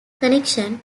connection